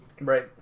Right